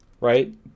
right